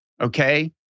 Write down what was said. okay